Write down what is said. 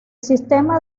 sistema